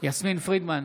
יסמין פרידמן,